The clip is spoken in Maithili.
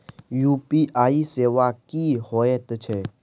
यु.पी.आई सेवा की होयत छै?